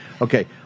Okay